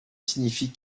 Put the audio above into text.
signifie